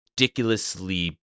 ridiculously